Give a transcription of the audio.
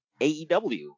AEW